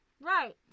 Right